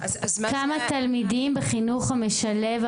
להלן תרגומם: כמה תלמידים בחינוך המשלב?